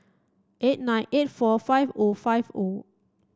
eight nine eight four five O five O